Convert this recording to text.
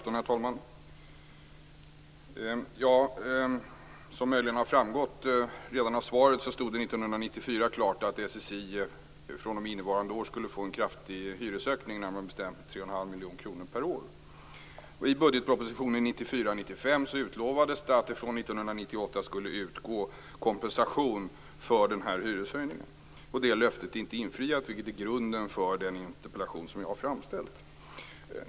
Herr talman! Som möjligen redan har framgått av svaret stod det 1994 klart att SSI fr.o.m. innevarande år skulle få en kraftig hyreshöjning, närmare bestämt 1994/95 utlovades att det från 1998 skulle utgå kompensation för denna hyreshöjning. Det löftet är inte infriat, vilket är grunden för den interpellation som jag har framställt.